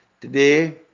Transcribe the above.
Today